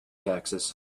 taxes